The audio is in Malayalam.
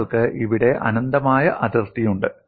നിങ്ങൾക്ക് ഇവിടെ അനന്തമായ അതിർത്തിയുണ്ട്